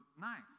nice